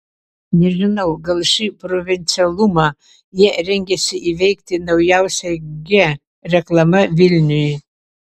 nežinau gal šį provincialumą jie rengiasi įveikti naujausia g reklama vilniui